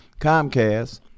Comcast